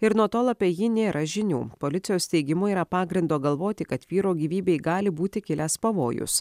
ir nuo tol apie jį nėra žinių policijos teigimu yra pagrindo galvoti kad vyro gyvybei gali būti kilęs pavojus